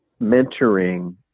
mentoring